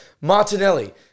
Martinelli